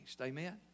Amen